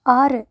ஆறு